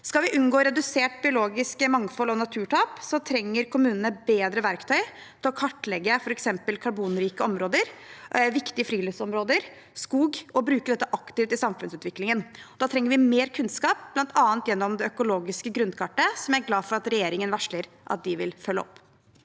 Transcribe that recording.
Skal vi unngå redusert biologisk mangfold og naturtap, trenger kommunene bedre verktøy til å kartlegge f.eks. karbonrike områder, viktige friluftsområder og skog, og bruke dette aktivt i samfunnsutviklingen. Da trenger vi mer kunnskap, bl.a. gjennom det økologiske grunnkartet, som jeg er glad for at regjeringen varsler at de vil følge opp.